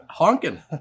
Honking